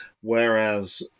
whereas